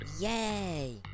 Yay